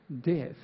death